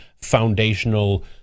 foundational